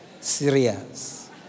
Serious